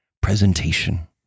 presentation